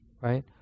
right